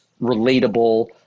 relatable